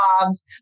jobs